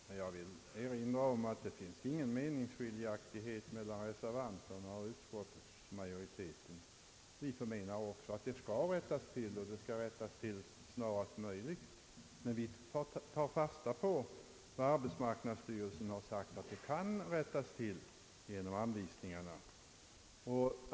Herr talman! Jag vill erinra om att det inte finns någon meningsskiljaktighet mellan reservanterna och utskottets majoritet. Vi anser också att förhållandena skall rättas till snarast möjligt men tar fasta på vad arbetarskyddsstyrelsen har anfört, att de kan rättas till genom anvisningarna.